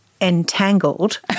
entangled